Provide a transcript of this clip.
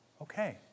Okay